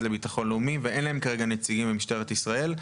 לביטחון לאומי ואין להם כרגע נציגים במשטרת ישראל,